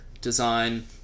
design